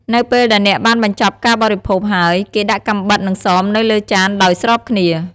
នៅពេលដែលអ្នកបានបញ្ចប់ការបរិភោគហើយ គេដាក់កាំបិត និងសមនៅលើចានដោយស្របគ្នា។